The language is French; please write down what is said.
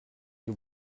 que